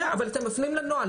אתם מפנים לנוהל.